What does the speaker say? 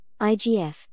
IGF